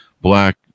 black